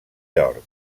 york